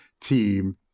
team